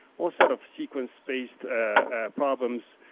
or a set of sequence-based problems,